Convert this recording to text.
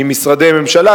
ממשרדי ממשלה,